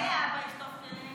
אולי האבא ישטוף כלים?